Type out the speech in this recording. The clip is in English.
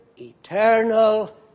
eternal